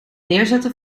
neerzetten